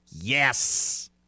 Yes